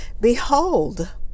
Behold